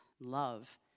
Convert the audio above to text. love